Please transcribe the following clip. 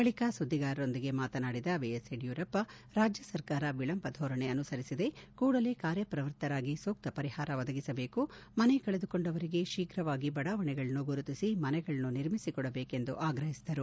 ಬಳಿಕ ಸುದ್ದಿಗಾರರೊಂದಿಗೆ ಮಾತನಾಡಿದ ಬಿಎಸ್ ಯಡಿಯೂರಪ್ಪ ರಾಜ್ಯ ಸರ್ಕಾರ ವಿಳಂಬ ಧೋರಣೆ ಅನುಸರಿಸಿದೆ ಕೂಡಲೇ ಕಾರ್ಯಪ್ರವೃತ್ತರಾಗಿ ಸೂಕ್ತ ಪರಿಹಾರವನ್ನು ಒದಗಿಸಬೇಕು ಮನೆ ಕಳೆದುಕೊಂಡವರಿಗೆ ಶೀಘವಾಗಿ ಬಡಾವಣೆಗಳನ್ನು ಗುರುತಿಸಿ ಮನೆಗಳನ್ನು ನಿರ್ಮಿಸಿಕೊಡಬೇಕೆಂದು ಆಗ್ರಹಿಸಿದರು